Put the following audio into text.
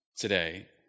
today